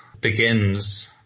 begins